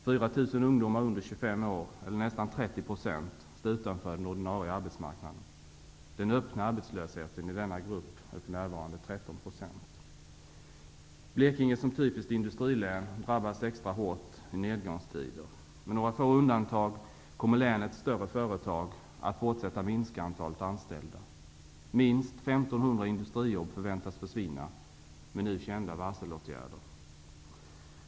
4 000 ungdomar under 25 år, eller nästan 30 %, står utanför den ordinarie arbetsmarknaden. Den öppna arbetslösheten i denna grupp är för närvarande 13 %. Blekinge som typiskt industrilän drabbas extra hårt i nedgångstider. Med några få undantag kommer länets större företag att fortsätta att minska antalet anställda. Minst 1 500 industrijobb väntas försvinna med nu kända varselåtgärder.